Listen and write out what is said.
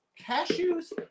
cashews